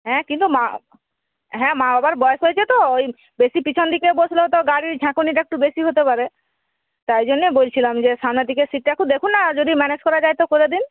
হ্যাঁ কিন্তু মা হ্যাঁ মা বাবার বয়স হয়েছে তো ওই বেশি পিছন দিকে বসলেও তো গাড়ির ঝাঁকুনিটা একটু বেশি হতে পারে তাই জন্যে বলছিলাম যে সামনের দিকের সীটটা দেখুন না যদি ম্যানেজ করা যায় তো করে দিন